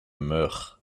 meurt